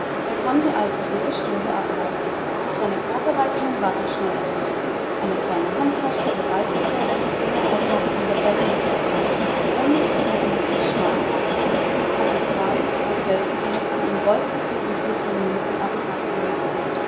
er konnte also jede stunde abreisen seine vorbereitungen waren schnell erledigt eine kleine handtasche der reisepelz den er noch von der erde mitgebracht und sein energieschwamm das ist sein kapital aus welchem er die im geldverkehr übliche münze abzapfen mußte